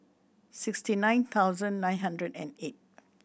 sixty nine thousand nine hundred and eight